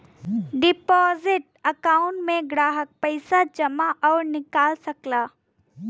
deposit account में ग्राहक पइसा जमा आउर निकाल सकला